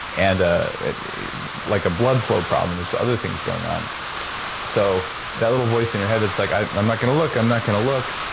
and ah like a blood flow problem, and there's other things going on so that little voice in your head that's like, i'm i'm not going to look. i'm not going to look.